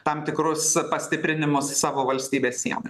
tam tikrus pastiprinimus savo valstybės sienoj